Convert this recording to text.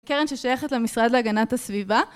קרן ששייכת למשרד להגנת הסביבה